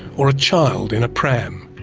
or a child in a pram.